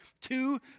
Two